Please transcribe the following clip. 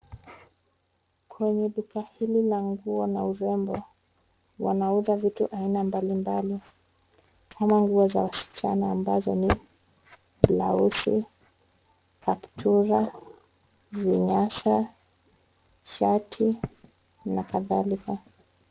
Kwenye duka hili la nguo na urembo, wanauza vitu mbalimbali kama nguo za wasichana ambazo ni blauzi , kaptura, vinyasa, shati na kadhalika.